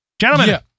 Gentlemen